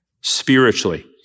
spiritually